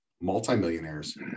multimillionaires